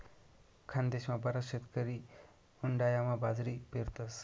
खानदेशमा बराच शेतकरी उंडायामा बाजरी पेरतस